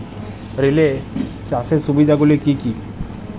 Relay চাষের সুবিধা গুলি কি কি?